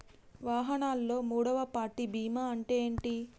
వాహనాల్లో మూడవ పార్టీ బీమా అంటే ఏంటి?